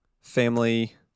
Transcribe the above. family